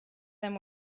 them